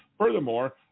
Furthermore